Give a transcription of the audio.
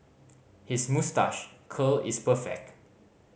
his moustache curl is perfect